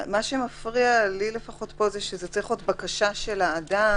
--- מה שמפריע לי פה זה שזה צריך להיות בקשה של האדם,